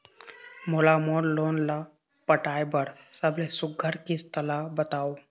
मोला मोर लोन ला पटाए बर सबले सुघ्घर किस्त ला बताव?